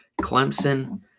Clemson